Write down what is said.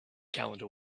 calendar